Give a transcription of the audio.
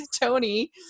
Tony